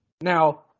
Now